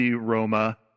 Roma